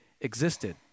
existed